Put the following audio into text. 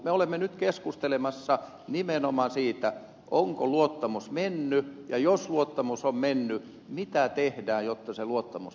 me olemme nyt keskustelemassa nimenomaan siitä onko luottamus mennyt ja jos luottamus on mennyt mitä tehdään jotta se luottamus palautuisi